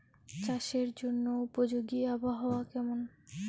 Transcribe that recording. চাষের জন্য উপযোগী আবহাওয়া কেমন?